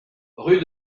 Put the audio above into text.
rue